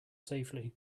safely